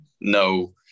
no